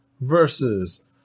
versus